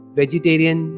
vegetarian